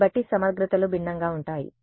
కాబట్టి సమగ్రతలు భిన్నంగా ఉంటాయి